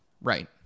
Right